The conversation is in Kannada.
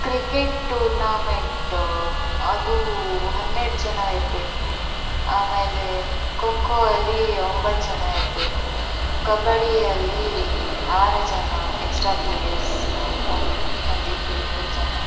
ಕ್ರಿಕೆಟ್ ಟೂರ್ನಾಮೆಂಟು ಅದು ಹನ್ನೆರಡು ಜನ ಇರಬೇಕು ಆಮೇಲೆ ಖೋಖೋ ಅಲ್ಲಿ ಒಂಬತ್ತು ಜನ ಇರಬೇಕು ಕಬಡ್ಡಿಯಲ್ಲಿ ಆರು ಜನ ಎಕ್ಸ್ಟ್ರಾ ಪ್ಲೇಯರ್ಸ್ ಒಂದು ಇಬ್ಬರು ಮೂರು ಜನ